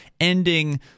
ending